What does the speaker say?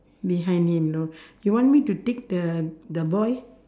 behind him no you want me to tick the the boy